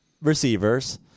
receivers